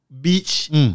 beach